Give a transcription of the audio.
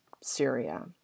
Syria